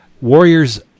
warriors